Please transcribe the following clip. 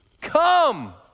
Come